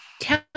Tell